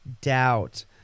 doubt